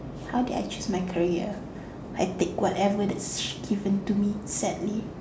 how did I choose my career I take whatever that's given to me sadly